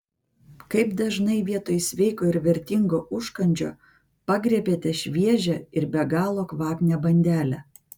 kaip dažnai vietoj sveiko ir vertingo užkandžio pagriebiate šviežią ir be galo kvapnią bandelę